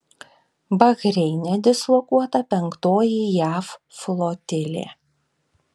bahreine dislokuota penktoji jav flotilė